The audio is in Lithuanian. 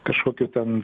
kažkokių ten